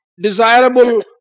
desirable